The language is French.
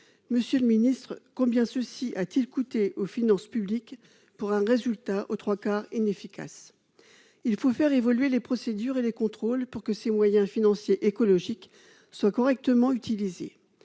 Monsieur le ministre, combien ce dispositif a-t-il coûté aux finances publiques pour un résultat aux trois quarts inefficace ? Il faut faire évoluer les procédures et les contrôles pour que ces moyens financiers écologiques soient correctement utilisés.